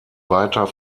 weiter